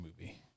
movie